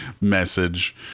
message